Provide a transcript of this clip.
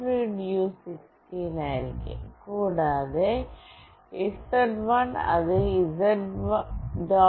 read u16 ആയിരിക്കും കൂടാതെ z1 അത് z